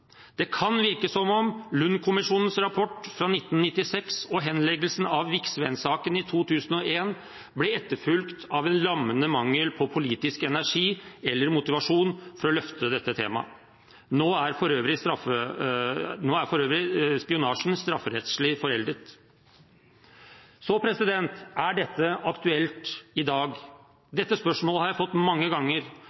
Det kan virke som om Lund-kommisjonens rapport fra 1996 og henleggelsen av Viksveen-saken i 2001 ble etterfulgt av en lammende mangel på politisk energi eller motivasjon for å løfte dette temaet. Nå er for øvrig spionasjen strafferettslig foreldet. Er dette aktuelt i dag?